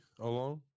alone